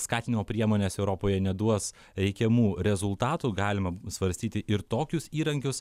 skatinimo priemonės europoje neduos reikiamų rezultatų galima svarstyti ir tokius įrankius